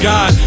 God